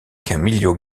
camillo